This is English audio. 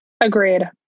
agreed